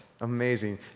Amazing